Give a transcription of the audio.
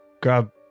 grab